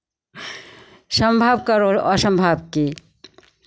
सम्भव करो असम्भव की